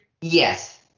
Yes